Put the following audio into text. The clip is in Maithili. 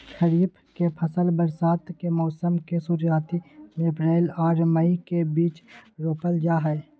खरीफ के फसल बरसात के मौसम के शुरुआती में अप्रैल आर मई के बीच रोपल जाय हय